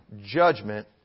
judgment